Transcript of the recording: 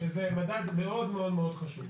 שזה מדד מאוד מאוד חשוב.